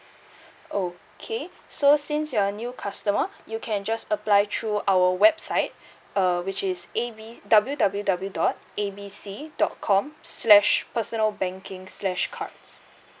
okay so since you are new customer you can just apply through our website uh which is A B W W W dot A B C dot com slash personal banking slash cards